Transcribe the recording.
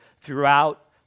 throughout